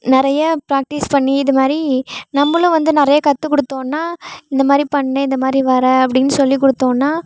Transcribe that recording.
நிறைய ப்ராக்டிஸ் பண்ணி இதுமாதிரி நம்மளும் வந்து நிறைய கற்றுக்கொடுத்தோன்னா இந்தமாதிரி பண்ணு இந்தமாதிரி வர அப்படின்னு சொல்லி கொடுத்தோன்னா